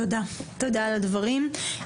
תודה על הדברים.